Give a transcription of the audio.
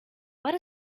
what